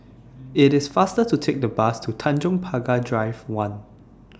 IT IS faster to Take The Bus to Tanjong Pagar Drive one